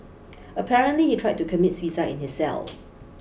apparently he tried to commit suicide in his cell